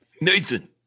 Nathan